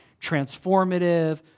transformative